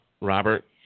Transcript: Robert